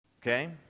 Okay